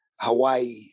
Hawaii